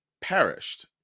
perished